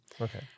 Okay